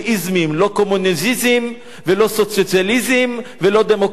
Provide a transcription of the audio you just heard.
קומוניזם ולא סוציאליזם ולא דמוקרטיזם.